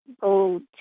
Go